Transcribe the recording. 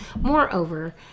moreover